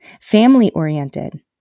family-oriented